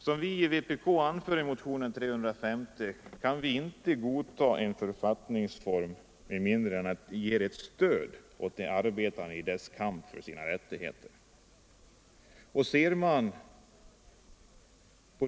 Som vi i vpk anför i motionen 350 kan vi inte godta en författningsreform med mindre än att den ger ett ökat stöd åt de arbetande i deras kamp för sina rättigheter.